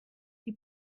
die